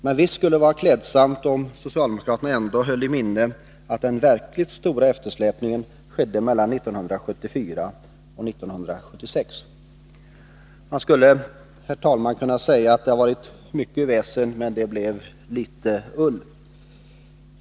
Men visst skulle det vara klädsamt om socialdemokraterna ändå höll i minnet att den verkligt stora eftersläpningen skedde mellan 1974 och 1976. Man skulle, herr talman, kunna säga att det har varit mycket väsen men blev litet ull.